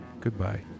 goodbye